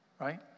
right